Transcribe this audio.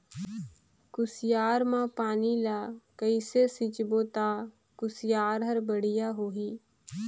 कुसियार मा पानी ला कइसे सिंचबो ता कुसियार हर बेडिया होही?